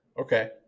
okay